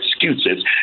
excuses